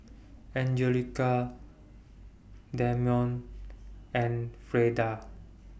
Anjelica Dameon and Frieda